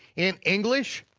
in english,